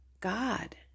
God